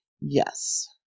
yes